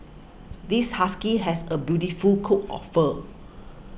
this husky has a beautiful coat of fur